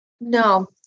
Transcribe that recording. No